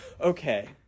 okay